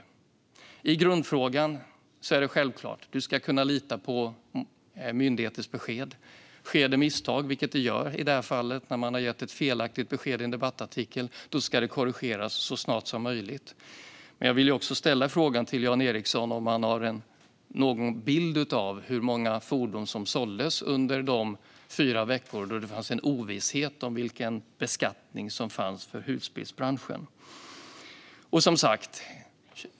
Vad gäller grundfrågan ska man självklart kunna lita på myndigheters besked. Om det sker misstag, vilket det gjorde i detta fall när ett felaktigt besked gavs i en debattartikel, ska det korrigeras så snart som möjligt. Har Jan Ericson någon bild av hur många fordon som såldes under de fyra veckor då det rådde ovisshet om beskattningen för husbilsbranschen?